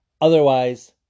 Otherwise